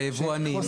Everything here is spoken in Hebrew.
והיבואנים.